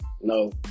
No